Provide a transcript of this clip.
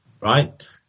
right